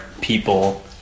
people